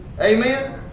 Amen